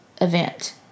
event